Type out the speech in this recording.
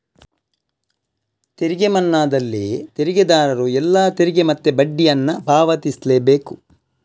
ತೆರಿಗೆ ಮನ್ನಾದಲ್ಲಿ ತೆರಿಗೆದಾರರು ಎಲ್ಲಾ ತೆರಿಗೆ ಮತ್ತೆ ಬಡ್ಡಿಯನ್ನ ಪಾವತಿಸ್ಲೇ ಬೇಕು